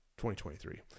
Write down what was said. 2023